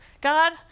God